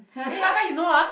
eh how come you know ah